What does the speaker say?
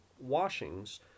washings